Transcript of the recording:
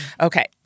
okay